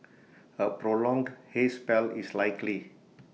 A prolonged haze spell is likely